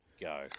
go